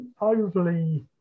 overly